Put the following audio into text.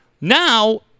Now